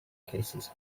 cases